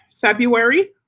February